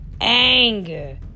anger